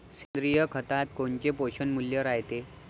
सेंद्रिय खतात कोनचे पोषनमूल्य रायते?